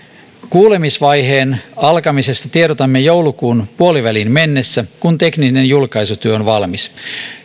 kuulemisvaiheen alkamisesta tiedotamme joulukuun puoliväliin mennessä kun tekninen julkaisutyö on valmis